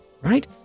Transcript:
right